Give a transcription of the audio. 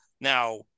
now